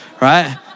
Right